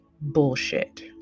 bullshit